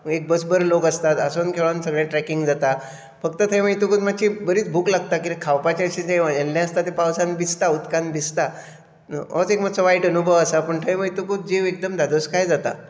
एक बस भर लोक आसतात हांसोन खेळून सगळें ट्रॅकींग जाता फक्त थंय वयतकूच मातशी बरीच भूक लागता कितें खावपाचें अशें जें व्हेल्लें आसता तें पावसान भिजता उदकान भिजता होच एक मातसो वायट अनुभव आसा पूण थंय वयतकूच जीव एकदम धादोसकाय जाता